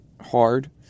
hard